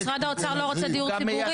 אולי כי משרד האוצר לא רוצה דיור ציבורי,